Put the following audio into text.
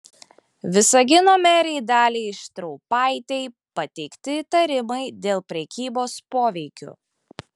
visagino merei daliai štraupaitei pateikti įtarimai dėl prekybos poveikiu